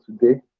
today